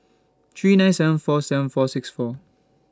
three nine seven four seven four six four